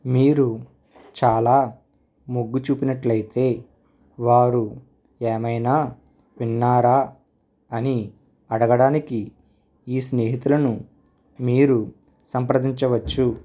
మీరు చాలా మొగ్గు చూపినట్లయితే వారు ఏమైనా విన్నారా అని అడగడానికి ఈ స్నేహితులను మీరు సంప్రదించవచ్చు